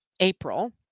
april